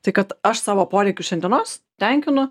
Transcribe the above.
tai kad aš savo poreikius šiandienos tenkinu